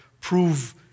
prove